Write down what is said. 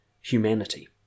humanity